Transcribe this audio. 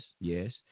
yes